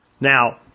Now